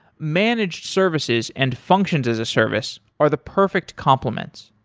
managed services and functions as a service are the perfect compliment.